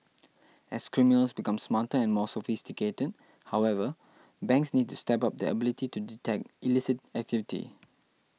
as criminals become smarter and more sophisticated however banks need to step up their ability to detect illicit activity